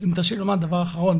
אם תרשי לי לומר דבר אחרון,